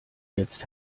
jetzt